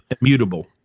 immutable